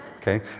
Okay